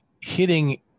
hitting